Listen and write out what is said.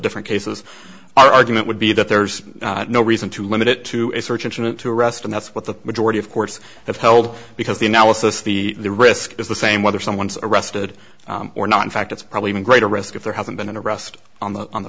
different cases argument would be that there's no reason to limit it to a search incident to arrest and that's what the majority of courts have held because the analysis the risk is the same whether someone's arrested or not in fact it's probably even greater risk if there hasn't been an arrest on the on the